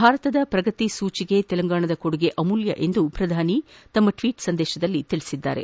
ಭಾರತದ ಪ್ರಗತಿ ಸೂಚಿಗೆ ತೆಲಂಗಾಣದ ಕೊಡುಗೆ ಅಮೂಲ್ಡ ಎಂದು ಪ್ರಧಾನಿ ತಮ್ಮ ಟ್ವೀಟ್ ಸಂದೇಶದಲ್ಲಿ ಹೇಳಿದ್ದಾರೆ